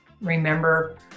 remember